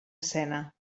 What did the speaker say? cena